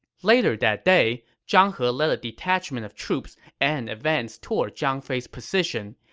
later that day, zhang he led a detachment of troops and advanced toward zhang fei's position.